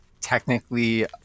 technically